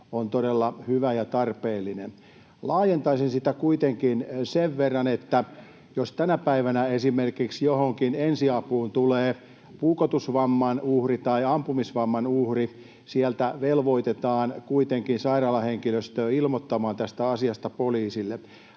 on todella hyvä ja tarpeellinen. Laajentaisin sitä kuitenkin sen verran, että jos tänä päivänä esimerkiksi johonkin ensiapuun tulee puukotusvamman uhri tai ampumisvamman uhri, siellä velvoitetaan kuitenkin sairaalahenkilöstöä ilmoittamaan tästä asiasta poliisille,